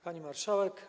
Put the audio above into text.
Pani Marszałek!